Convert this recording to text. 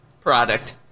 product